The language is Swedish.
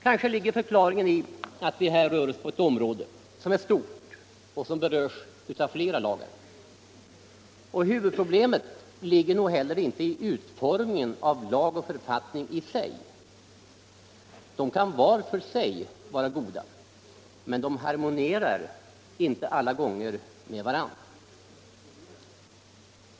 Kanske ligger förklaringen i att vi här rör oss på ett område som är stort och som berörs av flera lagar. Huvudproblemet ligger nog heller inte i utformningen av lag och författning i sig. De kan var för sig. vara goda. Men de harmonierar inte alla gånger med varandra.